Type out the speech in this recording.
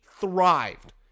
thrived